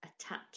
attach